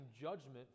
judgment